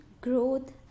growth